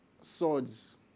swords